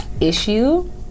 issue